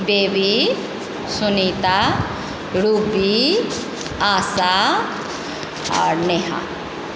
baby Sunita Ruby Asha आओर नेहा